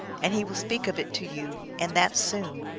and he will speak of it to you, and that soon.